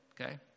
Okay